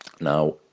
Now